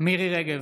מרים רגב,